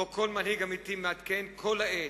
שבו כל מנהיג אמיתי מעדכן כל העת,